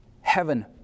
heaven